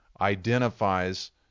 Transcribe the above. identifies